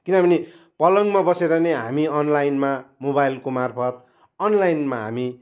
किनभने पलङमा बसेर नै हामी अनलाइनमा मोबाइलको मार्फत् अनलाइनमा हामी